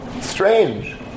Strange